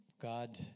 God